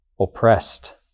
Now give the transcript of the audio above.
oppressed